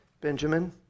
Benjamin